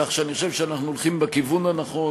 כך שאני חושב שאנחנו הולכים בכיוון הנכון.